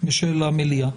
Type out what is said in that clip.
בשל המליאה.